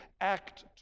act